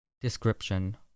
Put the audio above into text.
Description